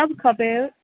सभु खपे